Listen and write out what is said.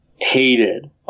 hated